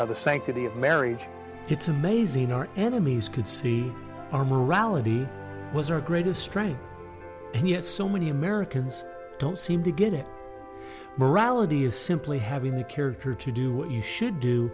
of the sanctity of marriage it's amazing our enemies could see our morality was her greatest strength so many americans don't seem to get it morality is simply having the character to do what you should do